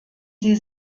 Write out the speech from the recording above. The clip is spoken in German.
sie